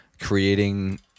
creating